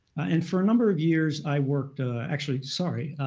and for a number of years i worked actually, sorry.